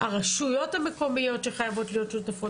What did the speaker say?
הרשויות המקומיות שחייבות להיות שותפות,